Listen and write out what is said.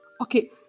okay